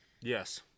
Yes